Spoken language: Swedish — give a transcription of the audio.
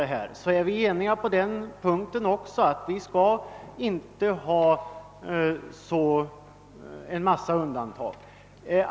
Vi är ense med majoriteten om att söka undvika undantag.